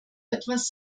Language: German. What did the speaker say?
etwas